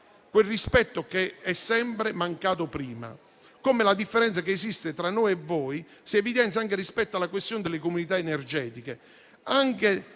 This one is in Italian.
Grazie,